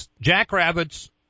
Jackrabbits